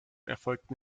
erfolgten